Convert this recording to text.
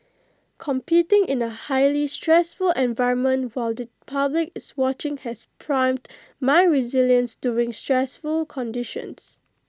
competing in A highly stressful environment while the public is watching has primed my resilience during stressful conditions